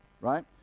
Right